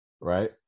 right